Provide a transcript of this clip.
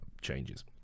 changes